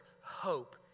hope